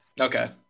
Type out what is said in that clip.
okay